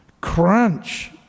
crunch